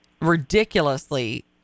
ridiculously